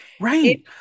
Right